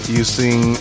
using